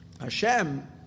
Hashem